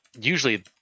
usually